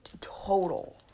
total